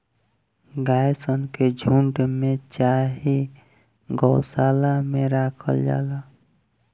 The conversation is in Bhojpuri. गाय सन के झुण्ड में चाहे गौशाला में राखल जाला